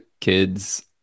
kids